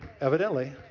evidently